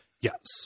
Yes